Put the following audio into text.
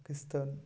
Pakistan